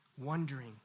wondering